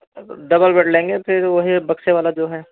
double bed लेंगे फिर वही बक्से वाला जो है